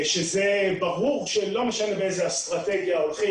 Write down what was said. שברור שלא משנה באיזו אסטרטגיה הולכים,